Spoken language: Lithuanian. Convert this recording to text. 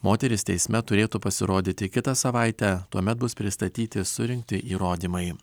moteris teisme turėtų pasirodyti kitą savaitę tuomet bus pristatyti surinkti įrodimai